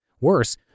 Worse